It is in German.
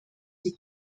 die